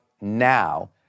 now